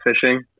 fishing